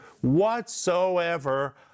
whatsoever